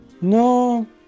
No